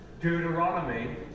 Deuteronomy